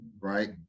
Right